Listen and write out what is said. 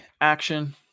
action